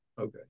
Okay